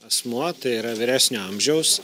asmuo tai yra vyresnio amžiaus